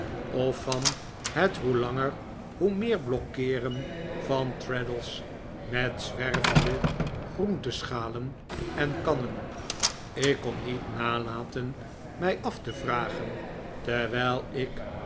of van het hoe langer hoe meer blokkeeren van traddles met zwervende groentenschalen en kannen ik kon niet nalaten mij af te vragen terwijl ik